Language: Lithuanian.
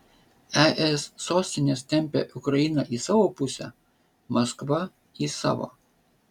es sostinės tempia ukrainą į savo pusę maskva į savo